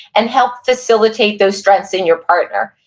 and help facilitate those strengths in your partner?